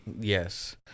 yes